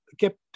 kept